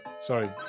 Sorry